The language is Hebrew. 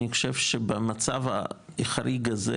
אני חושב שבמצב החריג הזה,